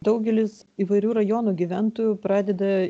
daugelis įvairių rajonų gyventojų pradeda